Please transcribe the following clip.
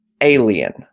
alien